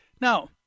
Now